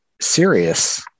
serious